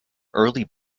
early